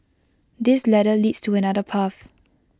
this ladder leads to another path